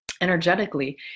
energetically